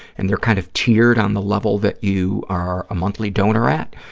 and they're kind of tiered on the level that you are a monthly donor at.